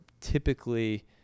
typically